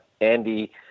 Andy